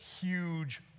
huge